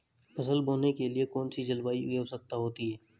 फसल बोने के लिए कौन सी जलवायु की आवश्यकता होती है?